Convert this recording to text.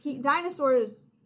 dinosaurs